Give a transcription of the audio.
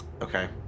Okay